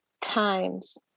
times